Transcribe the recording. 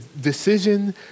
decision